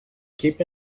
keep